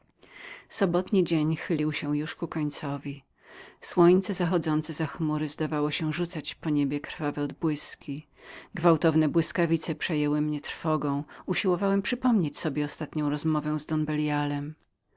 sobotni dzień chylił się już ku końcowi słońce zachodzące za chmury zdawało mi się rzucać po niebie krwawe odbłyski gwałtowne błyskawice przejmowały mnie trwogą usiłowałem przypomnieć sobie ostatnią rozmowę z don